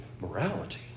morality